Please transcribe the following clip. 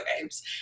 games